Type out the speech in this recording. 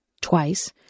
twice